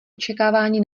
očekávání